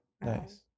nice